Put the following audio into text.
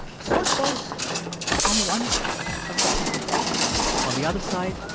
sort those on one side of the playing deck on the other side,